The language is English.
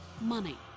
money